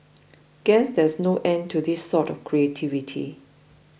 guess there is no end to this sort of creativity